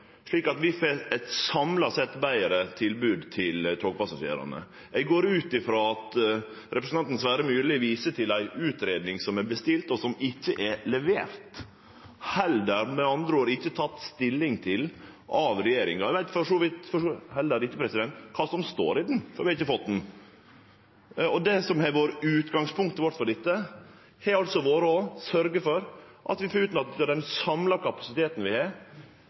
slik at vi får eit samla sett betre tilbod til togpassasjerane. Eg går ut frå at representanten Sverre Myrli viser til ei utgreiing som er bestilt, og som ikkje er levert. Det er med andre ord heller ikkje teke stilling til av regjeringa. Vi veit heller ikkje kva som står i utgreiinga, for vi har ikkje fått ho. Utgangspunktet vårt for dette har vore å sørgje for å få utnytta den samla kapasiteten som vi har,